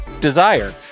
Desire